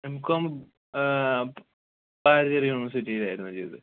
M Com Bharathiar യൂണിവേഴ്സിറ്റിയിലായിരുന്നു ചെയ്തത്